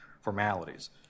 formalities